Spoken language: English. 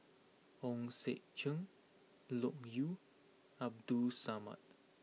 Hong Sek Chern Loke Yew Abdul Samad